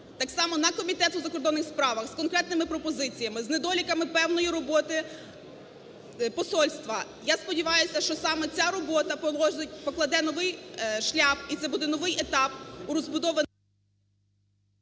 Так само на Комітет у закордонних справах, з конкретними пропозиціями, з недоліками певної роботи посольства, я сподіваюся, що саме ця робота покладе новий шлях і це буде новий етап у розбудові…